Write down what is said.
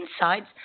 insights